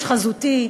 יש חזותי,